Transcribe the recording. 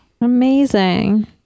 amazing